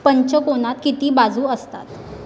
पंचकोनात किती बाजू असतात